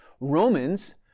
Romans